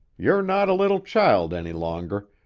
you're not a little child any longer,